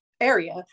area